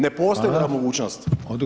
Ne postoji ta mogućnost.